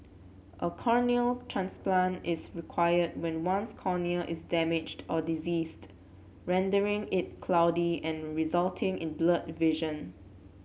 a corneal transplant is required when one's cornea is damaged or diseased rendering it cloudy and resulting in blurred vision